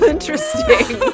Interesting